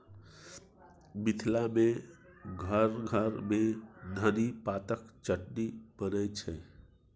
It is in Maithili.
मिथिला मे घर घर मे धनी पातक चटनी बनै छै